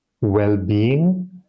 well-being